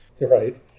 Right